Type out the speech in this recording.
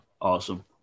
Awesome